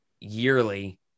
yearly